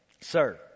sir